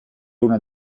una